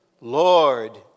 Lord